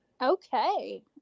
Okay